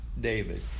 David